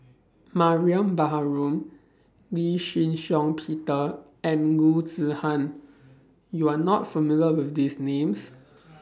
Mariam Baharom Lee Shih Shiong Peter and Loo Zihan YOU Are not familiar with These Names